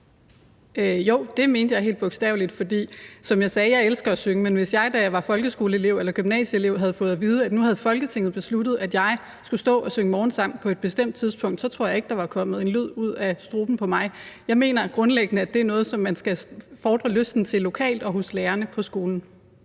Jo, det mente jeg helt bogstaveligt. For som jeg sagde, så elsker jeg at synge, men hvis jeg, da jeg var folkeskoleelev eller gymnasieelev, havde fået at vide, at nu havde Folketinget besluttet, at jeg skulle stå og synge morgensang på et bestemt tidspunkt, så tror jeg ikke, der var kommet en lyd ud af struben på mig. Jeg mener grundlæggende, at det er noget, som man skal fordre lysten til lokalt og hos lærerne på skolen.